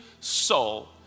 soul